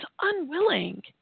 unwilling